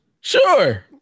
Sure